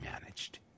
managed